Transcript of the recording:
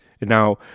Now